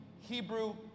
Hebrew